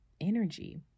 energy